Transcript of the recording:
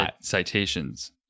citations